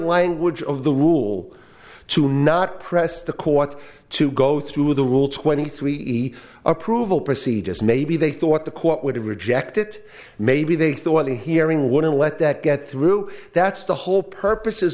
language of the rule to not press the courts to go through the rule twenty three approval procedures maybe they thought the court would reject it maybe they thought the hearing wouldn't let that get through that's the whole purposes